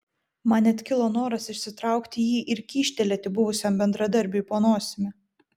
man net kilo noras išsitraukti jį ir kyštelėti buvusiam bendradarbiui po nosimi